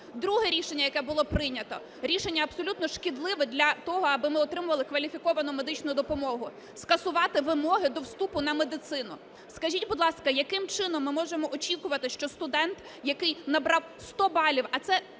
Друге рішення, яке було прийнято, рішення абсолютно шкідливе для того, аби ми отримували кваліфіковану медичну допомогу: скасувати вимоги до вступу на медицину. Скажіть, будь ласка, яким чином ми можемо очікувати, що студент, який набрав 100 балів, а це,